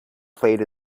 played